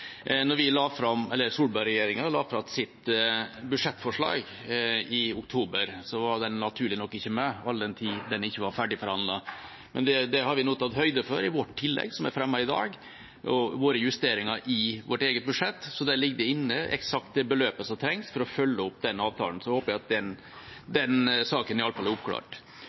la fram sitt budsjettforslag i oktober, var den naturlig nok ikke med all den tid den ikke var ferdigforhandlet. Det har vi nå tatt høyde for i vårt tillegg som er fremmet i dag, og i våre justeringer i eget budsjett, så der ligger det eksakte beløpet som trengs for å følge opp den avtalen. Så håper jeg at den saken i alle fall er oppklart.